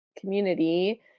community